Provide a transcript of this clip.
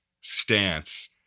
stance